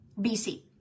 BC